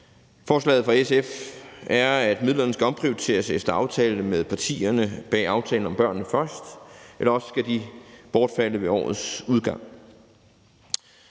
Forslaget fra SF er, at midlerne skal omprioriteres efter aftale med partierne bag aftalen »Børnene Først«, eller også skal de bortfalde ved årets udgang.